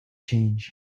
change